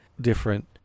different